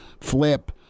flip